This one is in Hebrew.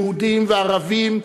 יהודים וערבים,